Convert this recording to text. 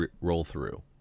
roll-through